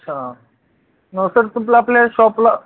अच्छा नाहीतर तुमचं आपल्या शॉपला